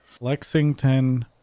Lexington